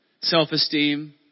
self-esteem